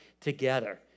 together